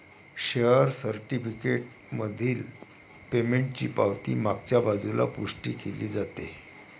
share certificate मधील पेमेंटची पावती मागच्या बाजूला पुष्टी केली जाते